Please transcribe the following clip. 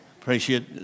Appreciate